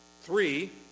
Three